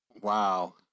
wow